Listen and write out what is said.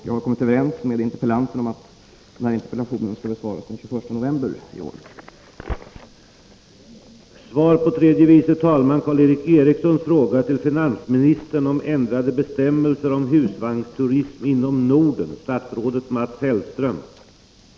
Jag har kommit överens med interpellanten om att den skall besvaras den 21 november 1983.